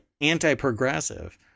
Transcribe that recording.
anti-progressive